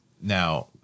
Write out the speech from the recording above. Now